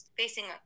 facing